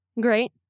great